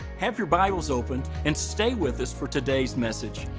have your bibles opened and stay with us for today's message.